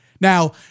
Now